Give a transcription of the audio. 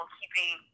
keeping